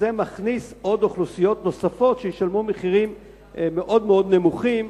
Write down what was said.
זה מכניס אוכלוסיות נוספות שישלמו מחירים מאוד מאוד נמוכים,